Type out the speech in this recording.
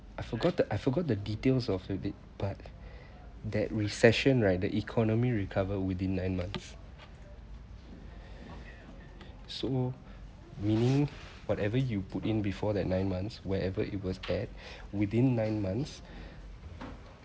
I forgot the I forgot the details of it but that recession right the economy recover within nine months so meaning whatever you put in before that nine months wherever it was at within nine months